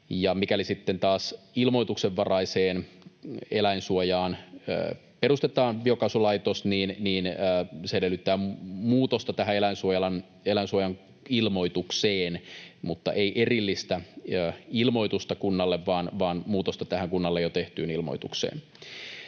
taas ilmoituksenvaraiseen eläinsuojaan perustetaan biokaasulaitos, se edellyttää muutosta tähän eläinsuojeluilmoitukseen mutta ei erillistä ilmoitusta kunnalle, vaan muutosta tähän kunnalle jo tehtyyn ilmoitukseen.